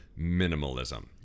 minimalism